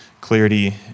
clarity